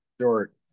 short